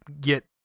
get